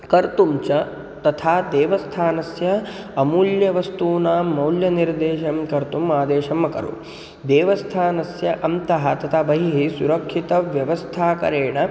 कर्तुं च तथा देवस्थानस्य अमूल्यवस्तूनां मौल्यनिर्देशं कर्तुम् आदेशम् अकरोत् देवस्थानस्य अन्तः तथा बहिः सुरक्षितव्यवस्थाकरणेन